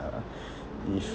uh if